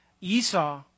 Esau